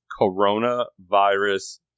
coronavirus